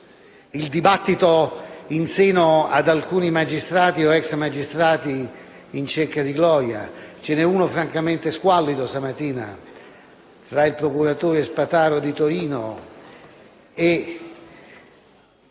il dibattito in seno ad alcuni magistrati o ex magistrati in cerca di gloria. Ve ne è uno francamente squallido e penso al dibattito di stamattina tra il procuratore Spataro di Torino e